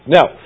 Now